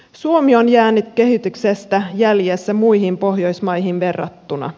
suomi on jäänyt kehityksestä jälkeen muihin pohjoismaihin verrattuna